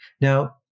Now